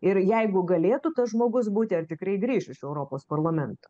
ir jeigu galėtų tas žmogus būti ar tikrai grįš iš europos parlamento